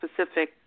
specific